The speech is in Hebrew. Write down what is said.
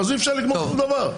אי-אפשר לגמור שום דבר.